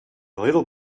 little